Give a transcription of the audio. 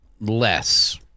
less